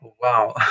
wow